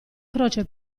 croce